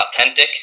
authentic